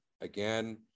Again